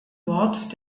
wort